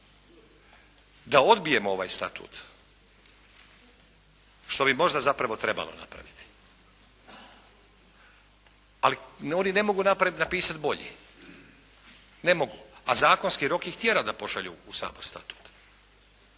Da odbijemo ovaj statut? Što bi možda zapravo trebalo napraviti. Ali, oni ne mogu napisati bolje, ne mogu, a zakonski rok ih tjera da pošalju u Sabor statut.